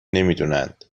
نمیدونند